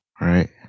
right